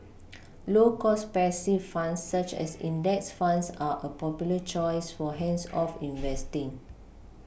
low cost passive funds such as index funds are a popular choice for hands off investing